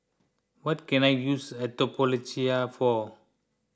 what can I use Atopiclair for